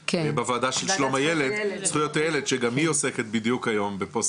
גם היום עדיין 80% מפילנטרופיה,